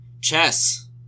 Chess